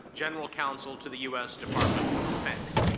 general counsel to the us department of defense.